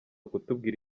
kutubwira